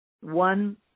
One